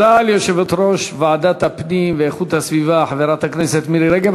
תודה ליושבת-ראש ועדת הפנים והגנת הסביבה חברת הכנסת מירי רגב.